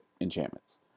enchantments